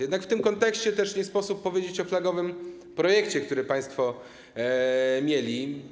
Jednak w tym kontekście też nie sposób nie powiedzieć o flagowym projekcie, który państwo mieli.